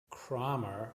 kramer